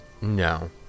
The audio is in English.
No